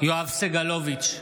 יואב סגלוביץ'